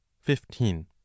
Fifteen